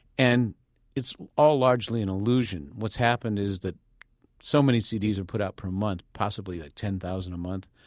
and it's all largely an illusion. what's happened is that so many cds are put out per month possibly ten thousand a month.